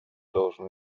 должны